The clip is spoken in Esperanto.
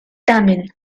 tamen